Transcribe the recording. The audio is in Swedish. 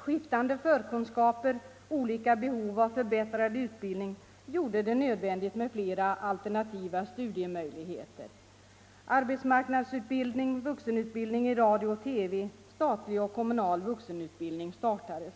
Skiftande förkunskaper, olika behov av förbättrad utbildning m.m. gjorde det nödvändigt med flera alternativa studiemöjligheter. Arbetsmarknadsutbildning, vuxenutbildning i radio och TV, statlig och kommunal vuxenutbildning startades.